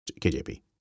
KJP